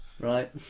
right